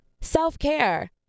Self-care